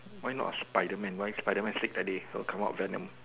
why not a Spiderman why Spiderman sick that day so come out Venom